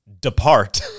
depart